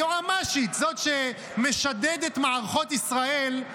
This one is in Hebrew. זאת שמשדדת מערכות ישראל,